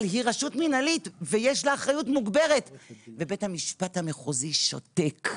אבל היא רשות מנהלית ויש לה אחריות מוגברת ובית המשפט המחוזי שותק,